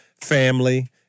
family